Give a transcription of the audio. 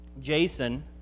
Jason